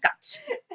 scotch